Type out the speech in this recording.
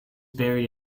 buried